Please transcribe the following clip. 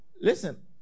Listen